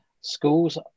Schools